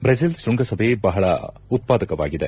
Brazil ಶೃಂಗಸಭೆ ಬಹಳ ಉತ್ಪಾದಕವಾಗಿದೆ